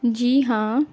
جی ہاں